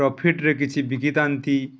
ପ୍ରଫିଟରେେ କିଛି ବିକିଥାନ୍ତି